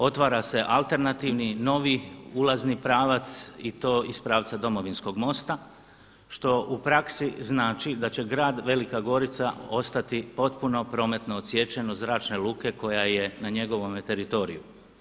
Otvara se alternativni, novi ulazni pravac i to iz pravca domovinskog mosta što u praksi znači da će grad Velika Gorica ostati potpuno prometno odsječen od Zračne luke koja je na njegovom teritoriju.